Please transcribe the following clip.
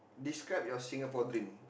describe your Singapore dream